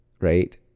right